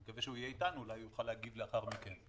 אני מקווה שהוא יהיה איתנו ואולי הוא יוכל להגיב לאחר מכן.